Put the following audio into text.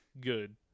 good